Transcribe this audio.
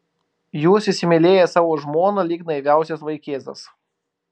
jūs įsimylėjęs savo žmoną lyg naiviausias vaikėzas